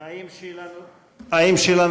האם שאלה נוספת?